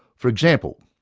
for example,